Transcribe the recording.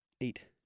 Eight